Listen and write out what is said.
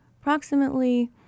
approximately